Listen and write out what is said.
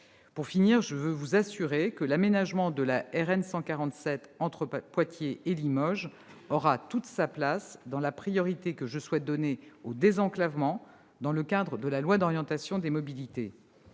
Pour finir, je veux vous assurer que l'aménagement de la RN 147 entre Poitiers et Limoges aura toute sa place dans la priorité que je souhaite donner au désenclavement, dans le cadre de la loi d'orientation des mobilités.